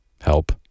help